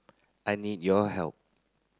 I need your help